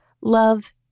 Love